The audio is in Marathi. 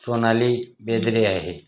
सोनाली बेंदरे आहे